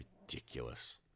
Ridiculous